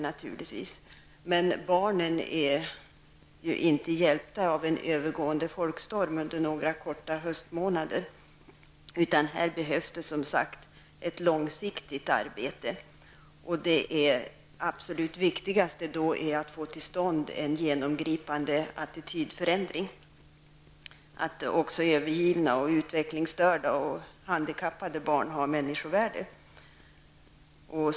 Barnen är dock inte hjälpta av en övergående folkstorm under några korta höstmånader. Här behövs ett långsiktigt arbete. Viktigast av allt är att få till stånd en genomgripande attitydförändring. Även övergivna, utvecklingsstörda och handikappade barn har ett människovärde.